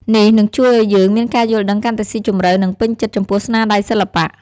នេះនឹងជួយឲ្យយើងមានការយល់ដឹងកាន់តែស៊ីជម្រៅ និងពេញចិត្តចំពោះស្នាដៃសិល្បៈ។